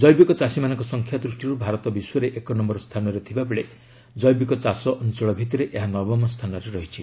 ଜେବିକ ଚାଷୀମାନଙ୍କ ସଂଖ୍ୟା ଦୃଷ୍ଟିରୁ ଭାରତ ବିଶ୍ୱରେ ଏକନୟର ସ୍ଥାନରେ ଥିବାବେଳେ ଜୈବିକ ଚାଷ ଅଞ୍ଚଳ ଭିଭିରେ ଏହା ନବମ ସ୍ଥାନରେ ରହିଛି